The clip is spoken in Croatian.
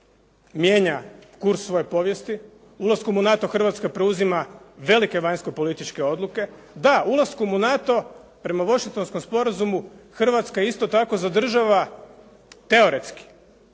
mijenja kurs svoje povijesti. Ulaskom u NATO Hrvatska preuzima velike vanjsko-političke odluke. Da, ulaskom u NATO prema Washingtonskom sporazumu Hrvatska isto tako zadržava teoretski